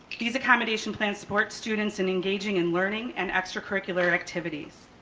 these accommodation plans support students and engaging in learning and extracurricular activities.